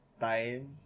time